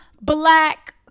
black